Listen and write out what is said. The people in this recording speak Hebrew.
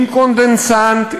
עם קונדנסט,